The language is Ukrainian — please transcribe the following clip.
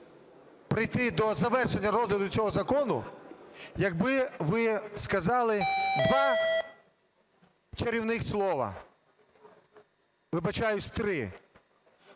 прийти до завершення розгляду цього закону, якби ви сказали два чарівних слова, вибачаюсь, три: